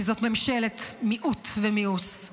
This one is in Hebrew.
כי זאת ממשלת מיעוט ומיאוס.